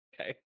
Okay